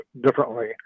differently